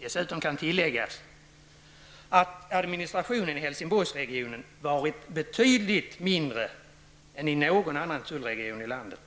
Tilläggas kan också att administrationen i Helsingborgsregionen varit betydligt mindre än inom någon annan tullregion i landet.